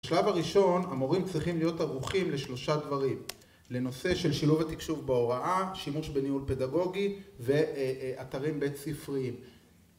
בשלב הראשון, המורים צריכים להיות ערוכים לשלושה דברים: לנושא של שילוב התקשוב בהוראה, שימוש בניהול פדגוגי ואתרים בית ספריים